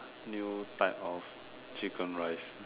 new type of chicken rice